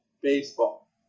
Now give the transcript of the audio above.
baseball